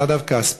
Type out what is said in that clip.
נדב כספי,